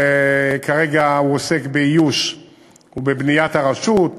וכרגע הוא עוסק באיוש ובבנייה של הרשות,